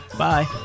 Bye